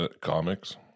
comics